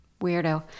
weirdo